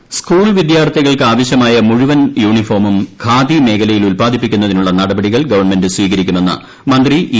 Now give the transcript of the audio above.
Jayarajan school വിദ്യാർത്ഥികൾക്കാവ്ശ്യമാ്യ മുഴുവൻ യൂണിഫോമും ഖാദി മേഖലയിൽ ഉത്പാദിപ്പിക്കുന്നതിനുള്ള നടപടികൾ ഗവൺമെന്റ് സ്വീകരിക്കുമെന്ന് മഗ്രൂി ഇ്